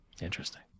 Interesting